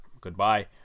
goodbye